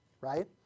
Right